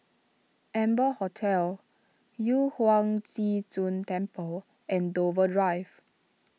Amber Hotel Yu Huang Zhi Zun Temple and Dover Drive